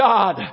God